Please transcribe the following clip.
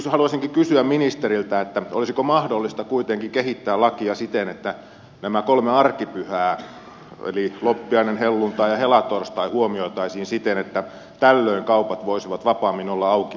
haluaisinkin kysyä ministeriltä olisiko mahdollista kuitenkin kehittää lakia siten että nämä kolme arkipyhää eli loppiainen helluntai ja helatorstai huomioitaisiin siten että tällöin kaupat voisivat vapaammin olla auki ilman poikkeuslupaa